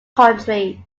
countries